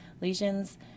lesions